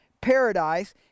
paradise